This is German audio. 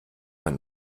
man